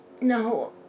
No